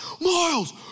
Miles